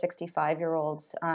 65-year-olds